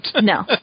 No